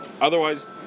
Otherwise